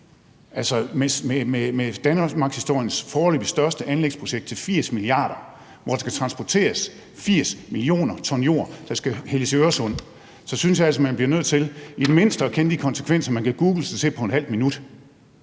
det. Med danmarkshistoriens foreløbig største anlægsprojekt til 80 mia. kr., hvor der skal transporteres 80 mio. t jord, der skal hældes i Øresund, så synes jeg altså, man bliver nødt til i det mindste kende til de konsekvenser, man kan google sig til på et halvt minut.